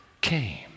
came